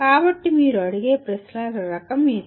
కాబట్టి మీరు అడిగే ప్రశ్నల రకం ఇది